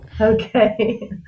okay